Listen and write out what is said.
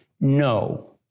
no